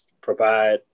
provide